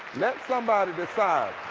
let somebody decide.